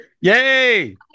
yay